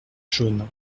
jaunes